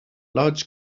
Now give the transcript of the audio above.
large